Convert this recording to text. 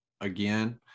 Again